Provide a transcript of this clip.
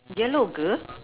yellow girl